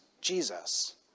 Jesus